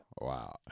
Wow